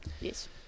Yes